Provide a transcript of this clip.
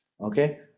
Okay